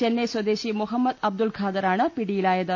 ചെന്നൈ സ്വദേശി മുഹമ്മദ് അബ്ദുൾ ഖാദ റാണ് പിടിയിലായത്